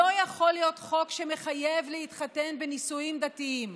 לא יכול להיות חוק שמחייב להתחתן בנישואים דתיים,